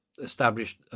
established